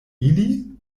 ili